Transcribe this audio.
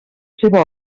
seva